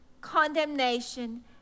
condemnation